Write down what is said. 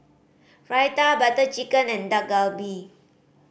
Raita Butter Chicken and Dak Galbi